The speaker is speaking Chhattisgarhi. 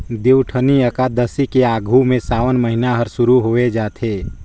देवउठनी अकादसी के आघू में सावन महिना हर सुरु होवे जाथे